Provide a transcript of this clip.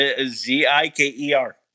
Z-I-K-E-R